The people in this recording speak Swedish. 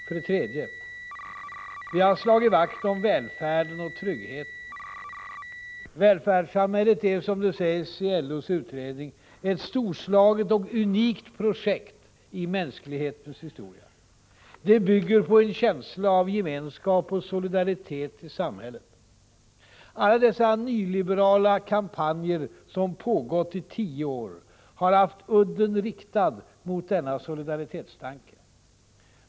För det tredje: Vi har slagit vakt om välfärden och tryggheten. Välfärdssamhället är, som det sägs i LO:s utredning, ett storslaget och unikt projekt i mänsklighetens historia. Det bygger på en känsla av gemenskap och solidaritet i samhället. Alla dessa nyliberala kampanjer, som pågått i tio år, har haft udden riktad mot denna solidaritetstanke.